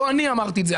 לא אני אמרתי את זה,